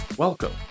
Welcome